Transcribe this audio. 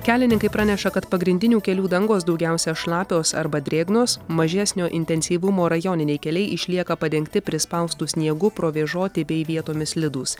kelininkai praneša kad pagrindinių kelių dangos daugiausia šlapios arba drėgnos mažesnio intensyvumo rajoniniai keliai išlieka padengti prispaustu sniegu provėžoti bei vietomis slidūs